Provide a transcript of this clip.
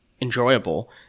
enjoyable